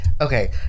Okay